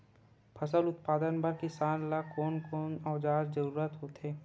फसल उत्पादन बर किसान ला कोन कोन औजार के जरूरत होथे?